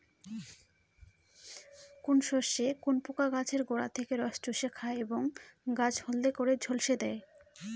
কোন শস্যে কোন পোকা গাছের গোড়া থেকে রস চুষে খায় এবং গাছ হলদে করে ঝলসে দেয়?